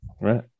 Right